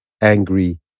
Angry